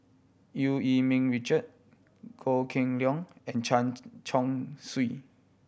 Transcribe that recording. Eu Yee Ming Richard Goh Kheng Long and Chen Chong Swee